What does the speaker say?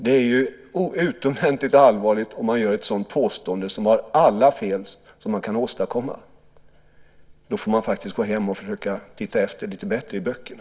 Det är utomordentligt allvarligt om man gör ett sådant påstående, som har alla fel som man kan åstadkomma. Då får man faktiskt gå hem och försöka titta efter lite bättre i böckerna.